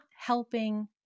helping